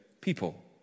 people